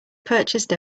purchased